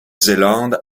zélande